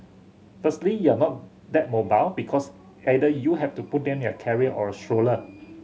firstly you're not that mobile because either you have to put them in a carrier or a stroller